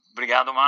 Obrigado